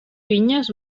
vinyes